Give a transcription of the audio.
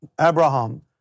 Abraham